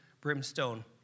brimstone